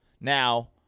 Now